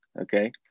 Okay